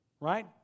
right